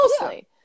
mostly